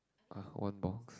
!huh! one box